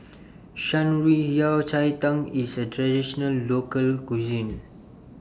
Shan Rui Yao Cai Tang IS A Traditional Local Cuisine